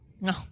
No